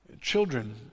Children